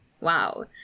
Wow